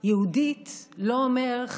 "יהודית" לא אומר,